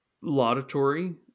laudatory